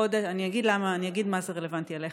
אני אגיד מה זה רלוונטי אליך,